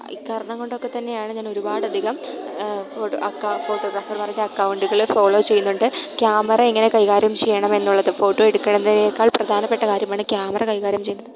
ഈ കാരണം കൊണ്ടൊക്കെ തന്നെയാണ് ഞാൻ ഒരുപാട് അധികം ഫോട്ടോവൊക്കെ ഫോട്ടോഗ്രാഫർമാരുടെ അക്കൗണ്ടുകൾ ഫോളോ ചെയ്യുന്നുണ്ട് ക്യാമറ എങ്ങനെ കൈകാര്യം ചെയ്യണം എന്നുള്ളത് ഫോട്ടോ എടുക്കണതിനേക്കാൾ പ്രധാനപ്പെട്ട കാര്യമാണ് ക്യാമറ കൈകാര്യം ചെയ്യുന്നത്